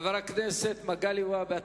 חבר הכנסת מגלי והבה,